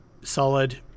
solid